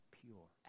pure